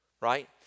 right